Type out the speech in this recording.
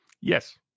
Yes